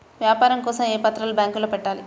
వ్యాపారం కోసం ఏ పత్రాలు బ్యాంక్లో పెట్టాలి?